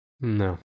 No